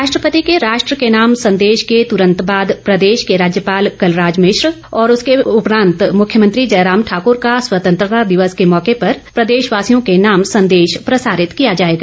राष्ट्रपति के राष्ट्र के नाम संदेश के तुरंत बाद प्रदेश के राज्यपाल कलराज मिश्र और उसके उपरांत मुख्यमंत्री जयराम ठाकर का स्वतंत्रता दिवस के मौके पर प्रदेशवासियों के नाम संदेश प्रसारित किया जाएगा